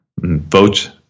vote